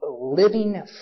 living